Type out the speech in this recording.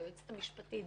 ליועצת המשפטית,